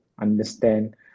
understand